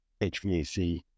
HVAC